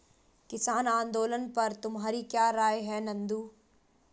किसान आंदोलन पर तुम्हारी क्या राय है नंदू?